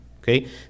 okay